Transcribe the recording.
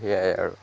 সেয়াই আৰু